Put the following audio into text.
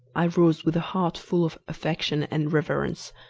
i rose with a heart full of affection and reverence,